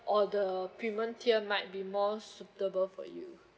or the premium tier might be more suitable for you